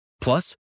Plus